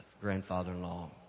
grandfather-in-law